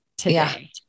Today